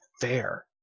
fair